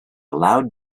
loud